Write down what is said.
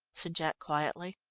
said jack quietly.